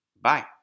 bye